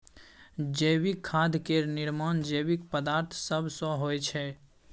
जैविक खाद केर निर्माण जैविक पदार्थ सब सँ होइ छै